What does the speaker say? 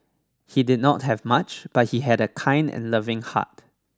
he did not have much but he had a kind and loving heart